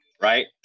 Right